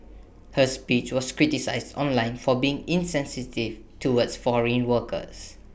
her speech was criticised online for being insensitive towards foreign workers